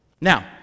Now